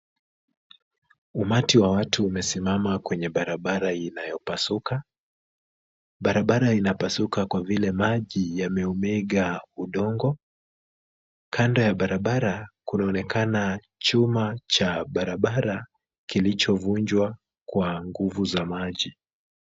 Umati wa watu umesimama kwenye barabara inayopasuka. Barabara inapasuka kwa vile maji yameumega udongo. Kando ya barabara kunaonekana chuma cha barabara kilichovunjwa kwa nguvu za maji.